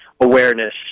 awareness